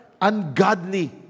ungodly